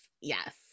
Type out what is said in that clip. Yes